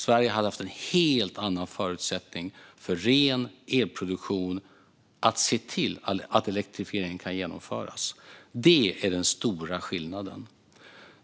Sverige hade då haft en helt annan förutsättning för ren elproduktion och för att se till att elektrifieringen kan genomföras. Det är den stora skillnaden.